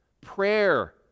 prayer